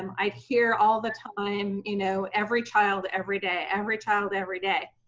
um i hear all the time, you know every child, every day, every child, every day.